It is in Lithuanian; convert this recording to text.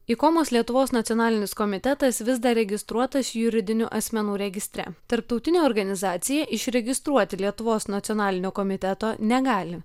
ikomos lietuvos nacionalinis komitetas vis dar registruotas juridinių asmenų registre tarptautinė organizacija išregistruoti lietuvos nacionalinio komiteto negali